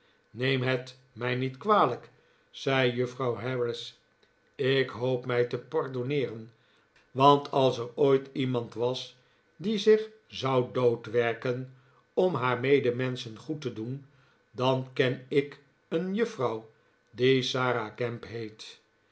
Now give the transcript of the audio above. neem het mij niet kwalijk zei juffrouw harris ik hoop mij te pardonneeren want als er ooit iemand was die zich zou doodwerken om haar medemenschen goed te doen dan ken ik een juffrouw die sara gamp heet